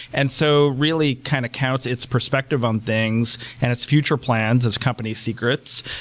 and so really kind of counts its perspective on things and its future plans as company secrets.